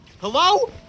Hello